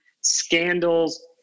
scandals